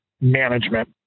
management